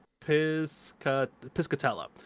Piscatella